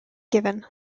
given